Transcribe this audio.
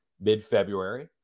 mid-February